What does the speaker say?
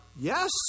yes